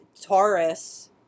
Taurus